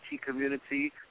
community